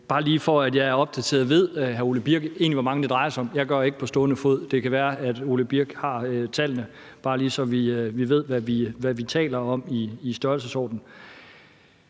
hr. Ole Birk Olesen egentlig, hvor mange det drejer sig om? Jeg gør ikke på stående fod. Det kan være, at Ole Birk Olesen har tallene, bare lige så vi ved, hvad vi taler om i størrelsesorden.